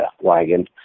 wagon